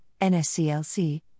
NSCLC